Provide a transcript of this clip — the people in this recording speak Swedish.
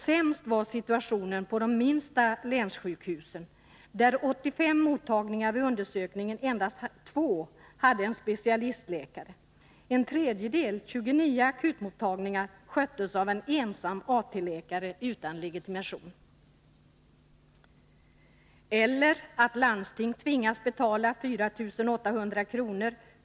Sämst var situationen på de minsta länssjukhusen, där vid undersökningen endast 2 av 85 mottagningar hade en specialistläkare. En tredjedel, 29 akutmottagningar, sköttes av en ensam AT-läkare utan legitimation. Det kan inte heller vara försvarbart att landsting tvingas betala 4 800 kr.